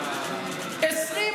אזרחי ישראל כמוך.